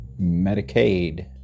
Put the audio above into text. Medicaid